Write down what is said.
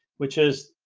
which is